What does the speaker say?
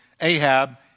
Ahab